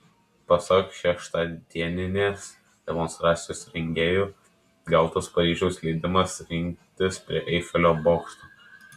pasak šeštadieninės demonstracijos rengėjų gautas paryžiaus leidimas rinktis prie eifelio bokšto